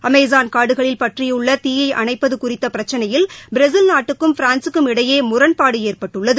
Amazon காடுகளில் பற்றியுள்ள தீயை அணைப்பது குறித்த பிரச்சினையில் பிரேசில் நாட்டுக்கும் பிரான்ஸுக்கும் இடையே முரண்பாடு ஏற்பட்டுள்ளது